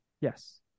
Yes